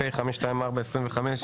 פ/524/25,